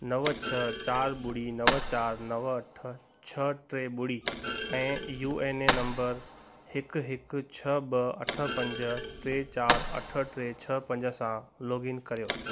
नव छह चारि ॿुड़ी नव चारि नव अठ छह टे ॿुड़ी ऐं यू एन ए नंबर हिकु हिकु छह ॿ अठ पंज टे चारि अठ टे छह पंज सां लॉगिन कर्यो